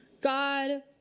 God